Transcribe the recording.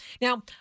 Now